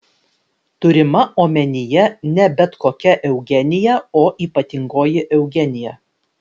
turima omenyje ne bet kokia eugenija o ypatingoji eugenija